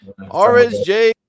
RSJ